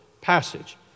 passage